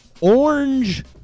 orange